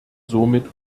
somit